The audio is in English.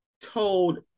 told